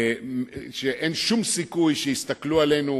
כשאין שום סיכוי שיסתכלו עלינו,